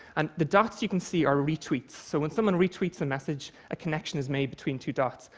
and the dots you can see are retweets, so when someone retweets a message, a connection is made between two dots,